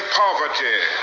poverty